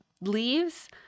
leaves